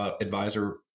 advisor